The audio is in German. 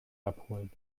abholen